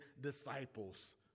disciples